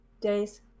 Days